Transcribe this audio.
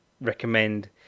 recommend